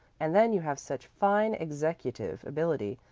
and then you have such fine executive ability.